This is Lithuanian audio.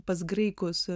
pas graikus